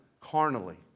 carnally